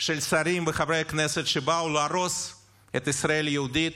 של שרים וחברי כנסת שבאו להרוס את ישראל היהודית,